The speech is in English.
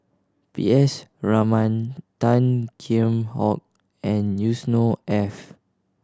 P S Raman Tan Kheam Hock and Yusnor Ef